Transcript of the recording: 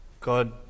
God